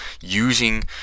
using